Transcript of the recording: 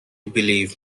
believe